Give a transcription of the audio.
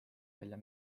välja